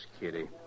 Kitty